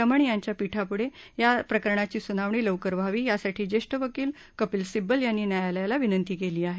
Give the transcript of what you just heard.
रमण यांच्या पीठापुढे या प्रकरणाची सुनावणी लवकर व्हावी यासाठी ज्येष्ठ वकील कपिल सिब्बल यांनी न्यायालयाला विनंती केली आहे